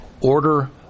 Order